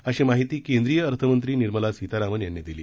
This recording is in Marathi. अशी माहिती केंद्रीय अर्थमंत्री निर्मला सीतारामन यांनी दिली